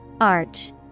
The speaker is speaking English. Arch